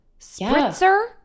spritzer